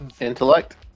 Intellect